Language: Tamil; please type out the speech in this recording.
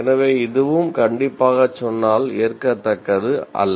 எனவே இதுவும் கண்டிப்பாக சொன்னால் ஏற்கத்தக்கது அல்ல